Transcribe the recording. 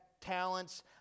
talents